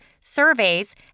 surveys